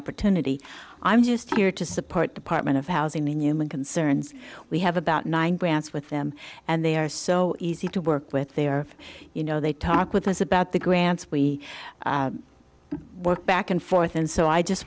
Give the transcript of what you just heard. opportunity i'm just here to support department of housing in human concerns we have about nine grants with them and they are so easy to work with they are you know they talk with us about the grants we work back and forth and so i just